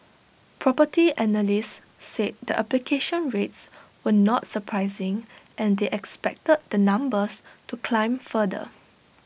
Property Analysts said the application rates were not surprising and they expected the numbers to climb further